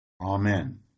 Amen